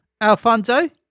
Alfonso